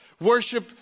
worship